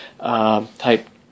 type